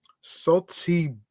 salty